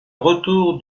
retour